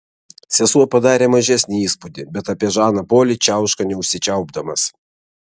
sesuo padarė mažesnį įspūdį bet apie žaną polį čiauška neužsičiaupdamas